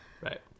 Right